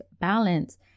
balance